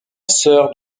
sœur